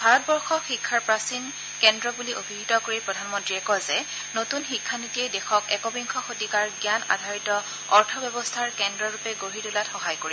ভাৰতবৰ্ষক শিক্ষাৰ প্ৰাচীন কেন্দ্ৰ বুলি অভিহিত কৰি প্ৰধানমন্তীয়ে কয় যে নতুন শিক্ষা নীতিয়ে দেশক একবিংশ শতিকাৰ জ্ঞান আধাৰিত অৰ্থ ব্যৱস্থাৰ কেন্দ্ৰৰূপে গঢ়ি তোলাত সহায় কৰিব